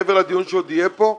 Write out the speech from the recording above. מעבר לדיון שעוד יהיה פה,